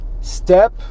step